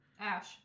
Ash